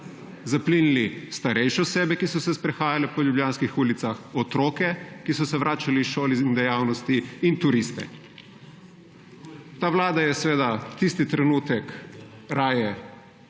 Zaplinili starejše osebe, ki so se sprehajale po ljubljanskih ulicah, otroke, ki so se vračali iz šol in dejavnosti, in turiste. Ta vlada je seveda tisti trenutek raje